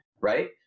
Right